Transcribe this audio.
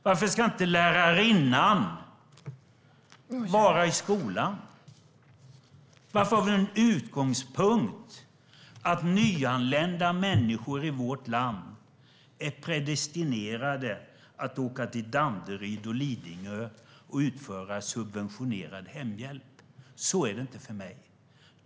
Varför ska inte lärarinnan vara i skolan? Varför har ni som utgångspunkt att människor som är nyanlända i vårt land är predestinerade att åka till Danderyd och Lidingö och utföra subventionerad hemhjälp? Så är det inte för mig.